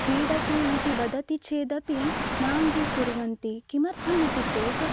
क्रीडतु इति वदति चेदपि नाङ्गीकुर्वन्ति किमर्थम् इति चेत्